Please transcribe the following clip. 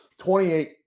28